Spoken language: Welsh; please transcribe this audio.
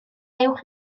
uwch